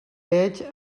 veig